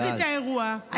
אני רק רוצה לתת את האירוע.